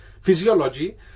Physiology